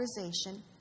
authorization